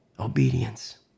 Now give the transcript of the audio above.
obedience